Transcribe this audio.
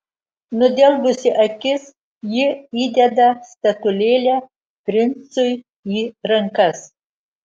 nudelbusi akis ji įdeda statulėlę princui į rankas